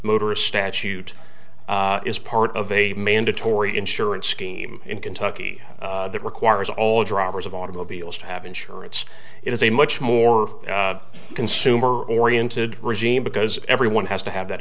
motorist statute is part of a mandatory insurance scheme in kentucky that requires all drivers of automobiles to have insurance it is a much more consumer oriented regime because everyone has to have that